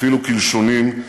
אפילו קלשונים,